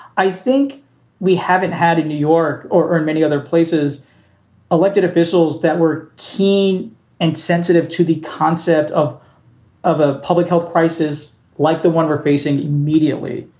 i think we haven't had in new york or in many other places elected officials that were keen and sensitive to the concept of of a public health crisis like the one we're facing immediately.